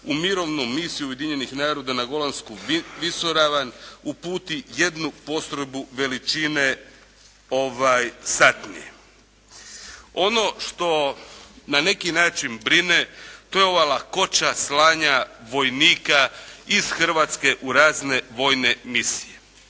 u mirovnu misiju Ujedinjenih naroda na Golansku visoravan uputi jednu postrojbu veličine satnije. Ono što na neki način brine to je ova lakoća slanja vojnika iz Hrvatske u razne vojne misije.